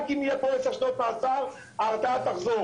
רק אם יהיו פה עשר שנות מאסר ההרתעה תחזור.